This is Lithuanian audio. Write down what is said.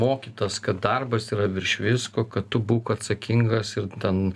mokytas kad darbas yra virš visko kad tu būk atsakingas ir ten